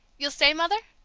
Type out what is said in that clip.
you'll stay, mother?